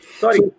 Sorry